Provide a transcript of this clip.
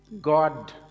God